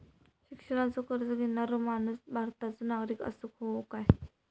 शिक्षणाचो कर्ज घेणारो माणूस भारताचो नागरिक असूक हवो काय?